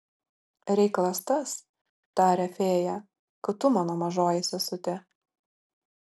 reikalas tas taria fėja kad tu mano mažoji sesutė